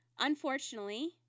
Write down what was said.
Unfortunately